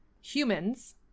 humans